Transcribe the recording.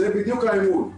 זה בדיוק האמון.